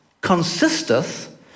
consisteth